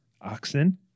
oxen